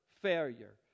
failure